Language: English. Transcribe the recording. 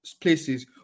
places